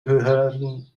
höheren